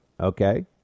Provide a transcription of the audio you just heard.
okay